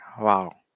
Wow